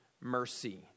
Mercy